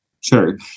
sure